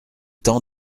temps